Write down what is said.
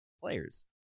players